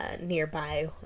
nearby